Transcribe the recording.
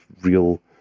real